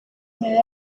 añade